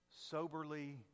soberly